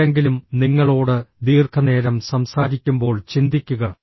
ആരെങ്കിലും നിങ്ങളോട് ദീർഘനേരം സംസാരിക്കുമ്പോൾ ചിന്തിക്കുക